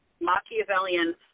Machiavellian